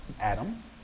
Adam